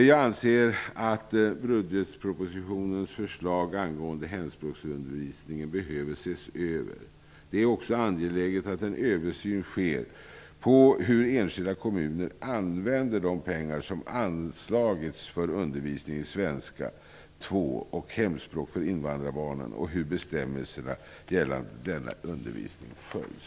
Jag anser att budgetpropositionens förslag angående hemspråksundervisningen behöver ses över. Det är också angeläget att en översyn sker av hur enskilda kommuner använder de pengar som anslagits för undervisning i svenska 2 och hemspråk för invandrarbarnen och hur bestämmelserna gällande denna undervisning följs.